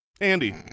Andy